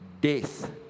Death